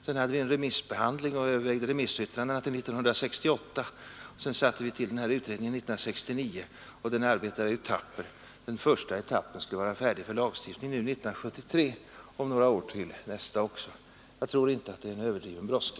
Sedan skedde remissbehandling och övervägande av remissyttrandena till 1968, varpå en ny utredning tillsattes 1969 som arbetade i etapper. Den första etappen äe färdig för lagstiftning nu, 1973. Jag tycker inte det är överdriven brådska.